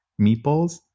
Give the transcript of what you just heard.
meatballs